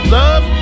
love